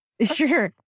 Sure